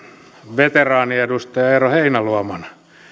veteraaniedustaja eero heinäluoman